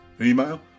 email